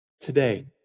Today